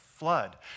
flood